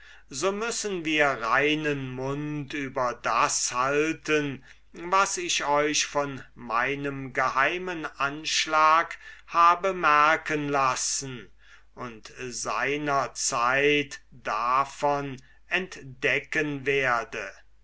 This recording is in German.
so müssen wir reinen mund über das halten was ich euch von meinem geheimen anschlag habe merken lassen und seiner zeit davon entdecken werde